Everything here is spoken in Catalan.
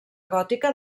gòtica